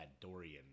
Dorian